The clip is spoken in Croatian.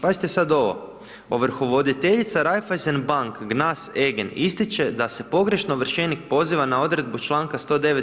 Pazite sad ovo, ovrhovoditeljica Raiffeisen bank Gnas eGen, ističe da se pogrešno ovršenik poziva na odredbu čl. 109.